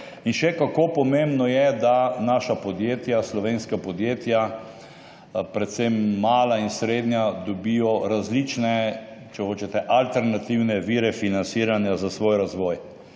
Še kako pomembno je, da naša podjetja, slovenska podjetja, predvsem mala in srednja dobijo različne, če hočete, alternativne vire financiranja za svoj razvoj.